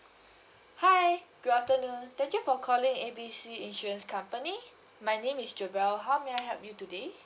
hi good afternoon thank you for calling A B C insurance company my name is jovel how may I help you today